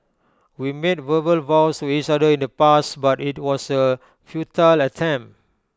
we made verbal vows to each other in the past but IT was A futile attempt